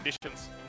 Conditions